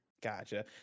Gotcha